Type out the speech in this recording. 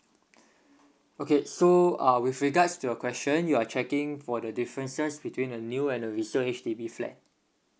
okay so uh with regards to your question you're checking for the differences between the new and the resale H_D_B flat